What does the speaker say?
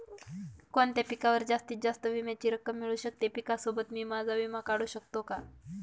कोणत्या पिकावर जास्तीत जास्त विम्याची रक्कम मिळू शकते? पिकासोबत मी माझा विमा काढू शकतो का?